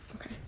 Okay